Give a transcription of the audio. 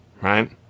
right